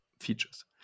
features